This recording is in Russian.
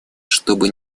чтобы